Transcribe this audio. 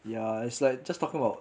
ya it's like just talking about